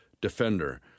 defender